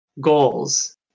goals